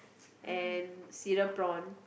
and cereal prawn